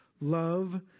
love